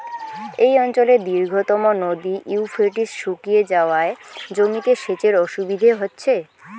এই অঞ্চলের দীর্ঘতম নদী ইউফ্রেটিস শুকিয়ে যাওয়ায় জমিতে সেচের অসুবিধে হচ্ছে